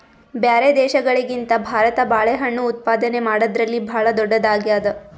ಬ್ಯಾರೆ ದೇಶಗಳಿಗಿಂತ ಭಾರತ ಬಾಳೆಹಣ್ಣು ಉತ್ಪಾದನೆ ಮಾಡದ್ರಲ್ಲಿ ಭಾಳ್ ಧೊಡ್ಡದಾಗ್ಯಾದ